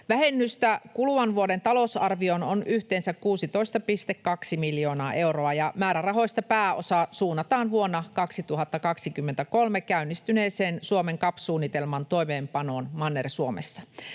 Vähennystä kuluvan vuoden talousarvioon on yhteensä 16,2 miljoonaa euroa, ja määrärahoista pääosa suunnataan vuonna 2023 käynnistyneeseen Suomen CAP-suunnitelman toimeenpanoon Manner-Suomessa.